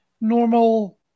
normal